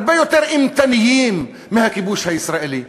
הרבה יותר אימתניים מהכיבוש הישראלי.